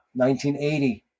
1980